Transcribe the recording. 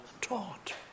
taught